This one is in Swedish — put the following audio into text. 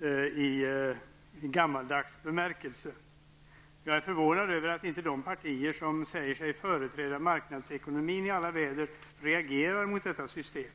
i gammaldags bemärkelse. Jag är förvånad över att de partier som säger sig företräda marknadsekonomin i alla väder inte reagerar emot detta system.